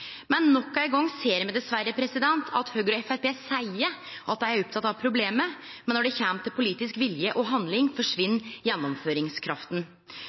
Men nok ein gong ser me dessverre at Høgre og Framstegspartiet seier at dei er opptekne av problemet, men når det kjem til politisk vilje og handling, forsvinn gjennomføringskrafta.